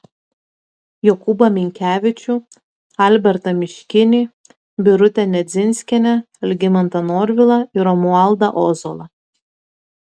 jokūbą minkevičių albertą miškinį birutę nedzinskienę algimantą norvilą ir romualdą ozolą